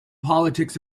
politics